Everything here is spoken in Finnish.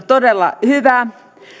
todella